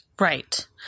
right